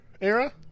era